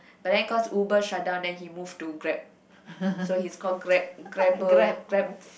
but then cause Uber shut down then he move to Grab so he's called Grab Grabber Grab